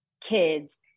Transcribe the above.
kids